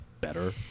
better